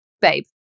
Babe